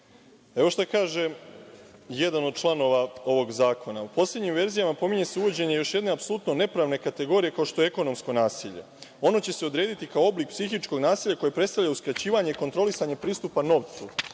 Evo šta kaže jedan od članova ovog zakona. U poslednjim verzijama spominje se uvođenje još jedne apsolutno nepravne kategorije kao što je ekonomsko nasilje. Ono će se odrediti kao oblik psihičkog nasilja koje predstavlja uskraćivanje, kontrolisanjem pristupa novcu,